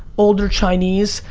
older chinese,